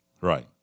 Right